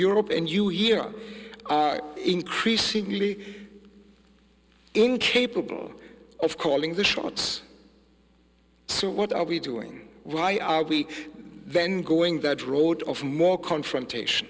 europe and you here are increasingly incapable of calling the shots so what are we doing why are we then going that road of more confrontation